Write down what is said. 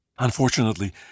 Unfortunately